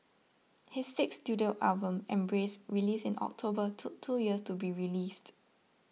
his sixth studio album Embrace released in October took two years to be released